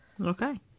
Okay